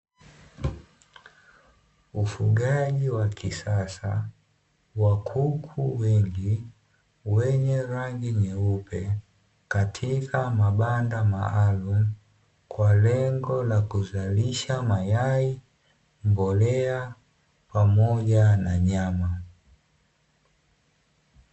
Wafugaji wa kisasa wa kuku wengi, wenye rangi nyeupe katika mabanda maalumu kwa lengo la kuzalisha mayai, mbolea pamoja na nyama.